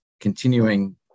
continuing